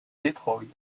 détroit